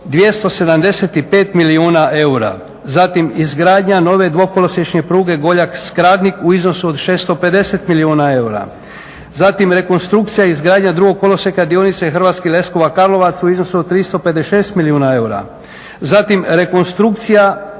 275 milijuna eura. Zatim izgradnja nove dvokolosječne pruge Goljak – Skradnik u iznosu od 650 milijuna eura. Zatim rekonstrukcija i izgradnja drugog kolosijeka dionice Hrvatski Leskovac – Karlovac u iznosu od 356 milijuna eura. Zatim rekonstrukcija